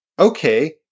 okay